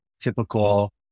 typical